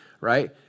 right